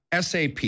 SAP